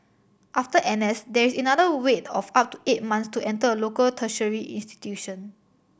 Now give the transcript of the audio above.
after N S there is another wait of up to eight months to enter a local tertiary institution